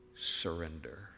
surrender